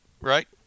right